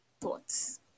thoughts